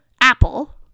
apple